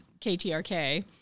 KTRK